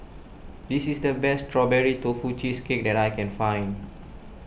this is the best Strawberry Tofu Cheesecake that I can find